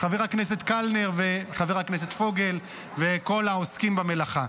חבר הכנסת קלנר וחבר הכנסת פוגל וכל העוסקים במלאכה.